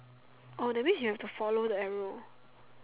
oh that means you have to follow the arrow